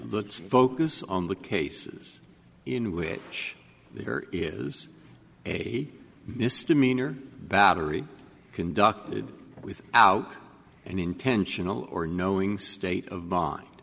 the focus on the cases in which there is a misdemeanor battery conducted with out an intentional or knowing state of mind